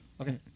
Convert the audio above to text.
Okay